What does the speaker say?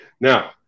Now